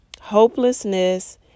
Hopelessness